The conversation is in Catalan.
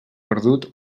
perdut